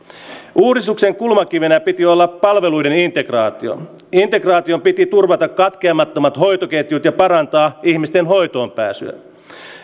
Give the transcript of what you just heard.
uudistuksen kulmakivenä piti olla palveluiden integraatio integraation piti turvata katkeamattomat hoitoketjut ja parantaa ihmisten hoitoonpääsyä